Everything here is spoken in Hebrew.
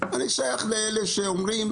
אני שייך לאלה שאומרים: